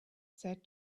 said